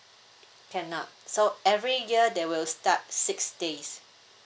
cannot so every year they will start six days